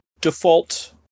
default